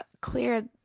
clear